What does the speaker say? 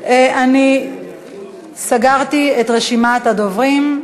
אני סגרתי את רשימת הדוברים.